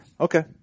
Okay